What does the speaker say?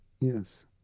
yes